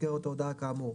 במסגרת ההודעה כאמור,